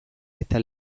eta